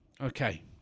Okay